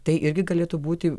tai irgi galėtų būti